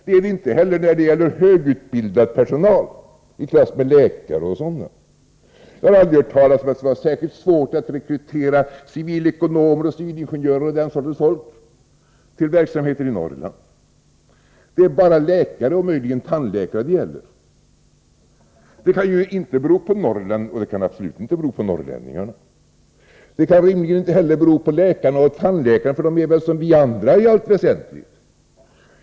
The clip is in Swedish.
Det är det inte — inte heller när det gäller högutbildad personal i klass med läkare. Jag har aldrig hört talas om att det skulle vara särskilt svårt att rekrytera civilekonomer och civilingenjörer och den sortens folk till Norrland. Det är bara läkare och möjligen tandläkare som det gäller. Svårigheterna kan inte bero på Norrland, och de kan absolut inte bero på norrlänningarna. Det kan rimligen inte heller bero på läkarna och tandläkarna, för de är väl som många av oss i allt väsentligt.